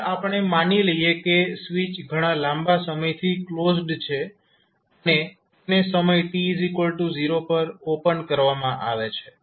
હવે આપણે માની લઈએ કે સ્વીચ ઘણા લાંબા સમયથી ક્લોઝડ છે અને તેને સમય t0 પર ઓપન કરવામાં આવે છે